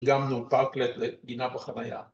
‫גם נותק לגינה בחנייה.